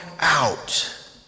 out